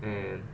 and